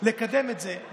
לקדם את זה,